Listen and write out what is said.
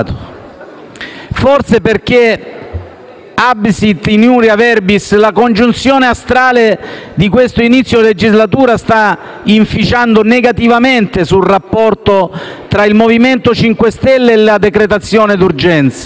verbis*, la congiunzione astrale di questo inizio legislatura sta inficiando negativamente il rapporto tra il MoVimento 5 Stelle e la decretazione d'urgenza;